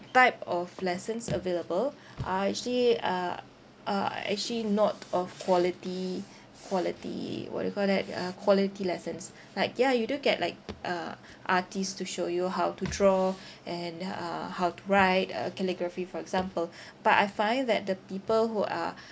type of lessons available are actually uh are actually not of quality quality what do you call that uh quality lessons like ya you do get like uh artist to show you how to draw and uh how to write a calligraphy for example but I find that the people who are